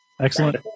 Excellent